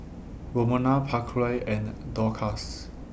Romona Pasquale and Dorcas